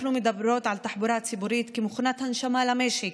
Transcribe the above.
אנחנו מדברות על תחבורה ציבורית כמכונת ההנשמה למשק,